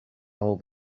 all